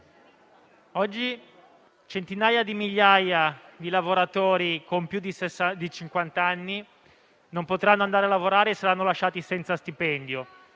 oggi centinaia di migliaia di lavoratori con più di cinquant'anni non sono potuti andare a lavorare e saranno lasciati senza stipendio;